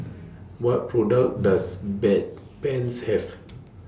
What products Does Bedpans Have